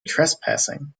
trespassing